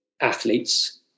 athletes